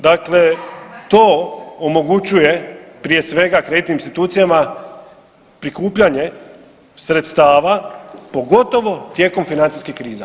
Dakle, to omogućuje prije svega kreditnim institucijama prikupljanje sredstava pogotovo tijekom financijskih kriza.